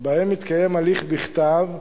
שבהם מתקיים הליך בכתב,